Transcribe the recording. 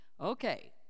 Okay